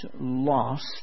lost